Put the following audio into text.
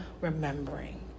remembering